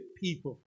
people